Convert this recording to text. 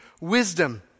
wisdom